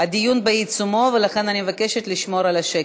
הדיון בעיצומו, ולכן אני מבקשת לשמור על השקט.